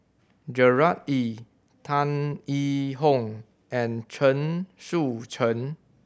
Gerard Ee Tan Yee Hong and Chen Sucheng